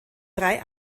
drei